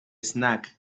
snack